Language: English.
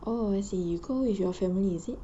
oh is it you go with your family is it